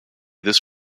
this